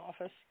office